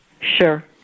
sure